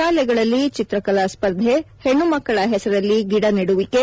ಶಾಲೆಗಳಲ್ಲಿ ಚಿತ್ರಕಲಾ ಸ್ಪರ್ಧೆ ಹೆಣ್ಣುಮಕ್ಕಳ ಹೆಸರಲ್ಲಿ ಗಿದ ನೆಡುವಿಕೆ